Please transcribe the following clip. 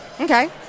okay